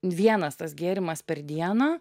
vienas tas gėrimas per dieną